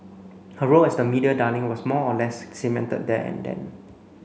her role as the media darling was more or less cemented there and then